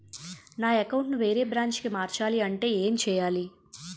నా అకౌంట్ ను వేరే బ్రాంచ్ కి మార్చాలి అంటే ఎం చేయాలి?